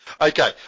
Okay